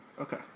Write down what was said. Okay